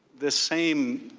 the same